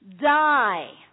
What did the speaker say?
die